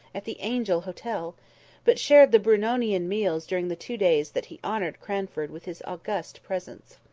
at the angel hotel but shared the brunonian meals during the two days that he honoured cranford with his august presence.